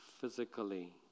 physically